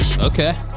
okay